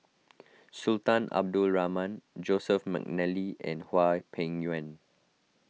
Sultan Abdul Rahman Joseph McNally and Hwang Peng Yuan